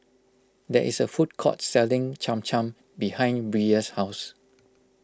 there is a food court selling Cham Cham behind Brea's house